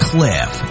Cliff